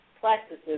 practices